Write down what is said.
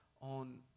on